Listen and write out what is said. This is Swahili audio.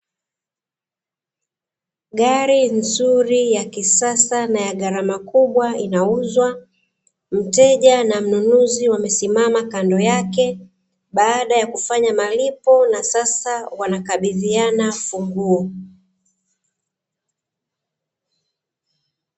Gari nzuri ya kisasa na gharama kubwa, inauzwa mteja na mnunuzi wamesimama kando yake baada ya kufanya malipo na sasa wanakabidhiana funguo.